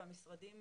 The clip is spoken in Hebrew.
והמשרדים